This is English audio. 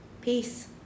peace